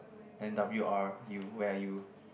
then w_r you where are you